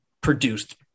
produced